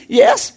yes